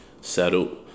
settled